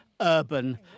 urban